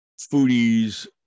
foodies